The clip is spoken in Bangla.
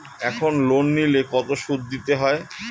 এখন লোন নিলে কত সুদ দিতে হয়?